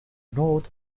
nord